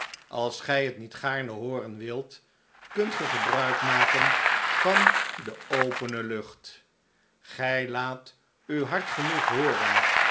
als gij het niet gaarne hooren wilt kunt ge gebruik maken van de opene lucht gij laat u hard genoeg hooren